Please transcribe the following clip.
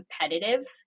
competitive